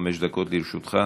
חמש דקות לרשותך.